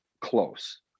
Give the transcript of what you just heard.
close